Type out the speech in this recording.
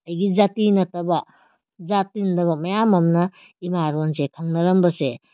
ꯑꯩꯒꯤ ꯖꯥꯇꯤ ꯅꯠꯇꯕ ꯖꯥꯠ ꯇꯤꯟꯗꯕ ꯃꯌꯥꯝ ꯑꯝꯅ ꯏꯃꯥ ꯂꯣꯟꯁꯦ ꯈꯪꯅꯔꯝꯕꯁꯦ